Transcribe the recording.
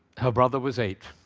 her brother was eight,